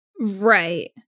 Right